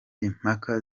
impaka